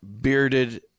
bearded